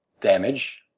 damage